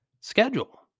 schedule